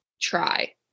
try